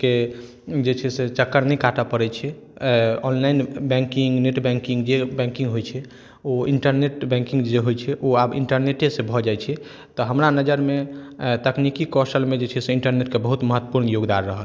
के जे छै से चक्कर नहि काटऽ पड़ै छै ऑनलाइन बैंकिङ्ग नेट बैंकिङ्ग जे होइ छै ओ इन्टरनेट बैंकिङ्ग जे होइ छै ओ आब इन्टरनेटेसँ भऽ जाइ छै तऽ हमरा नजरिमे तकनीकी कौशलमे जे छै इन्टरनेटके बहुत महत्वपूर्ण योगदान रहल